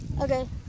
Okay